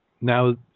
Now